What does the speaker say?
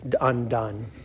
undone